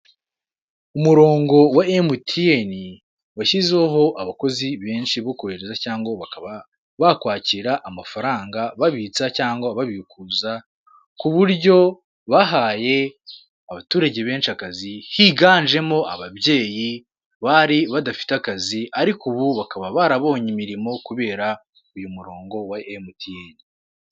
Umurongo wa MTN washyizeho abakozi benshi bo korohereza cyangwa bakaba bakwakira amafaranga, babitsa cyangwa babikuza, ku buryo bahaye abaturage benshi akazi higanjemo ababyeyi, bari badafite akazi ariko ubu bakaba barabonye imirimo kubera uyu murongo wa MTN.